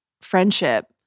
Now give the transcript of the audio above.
friendship